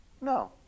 No